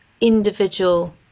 individual